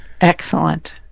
Excellent